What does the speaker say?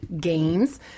games